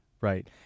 Right